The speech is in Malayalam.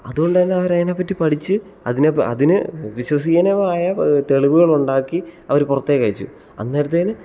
അപ്പം അത്കൊണ്ട് തന്നെ അവരതിനെപ്പറ്റി പഠിച്ച് അതിനെ അതിനു വിശ്വസിനീയമായ തെളിവുകളുണ്ടാക്കി അവർ പുറത്തേക്കയച്ചു അന്നേരത്തേന്